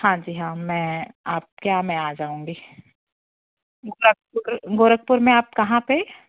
हाँ जी हाँ मैं आपके यहाँ मैं आ जाऊँगी गोरखपुर गोरखपुर में आप कहाँ पर